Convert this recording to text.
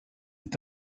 est